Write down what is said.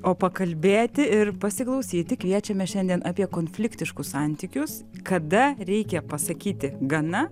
o pakalbėti ir pasiklausyti kviečiame šiandien apie konfliktiškus santykius kada reikia pasakyti gana